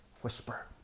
whisper